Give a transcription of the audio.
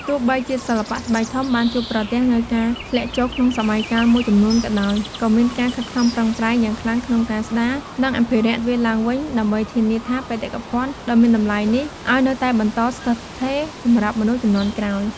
ទោះបីជាសិល្បៈស្បែកធំបានជួបប្រទះនូវការធ្លាក់ចុះក្នុងសម័យកាលមួយចំនួនក៏ដោយ ក៏មានការខិតខំប្រឹងប្រែងយ៉ាងខ្លាំងក្នុងការស្ដារ និងអភិរក្សវាឡើងវិញ ដើម្បីធានាថាបេតិកភណ្ឌដ៏មានតម្លៃនេះឲ្យនៅតែបន្តស្ថិតស្ថេរសម្រាប់មនុស្សជំនាន់ក្រោយ។